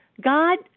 God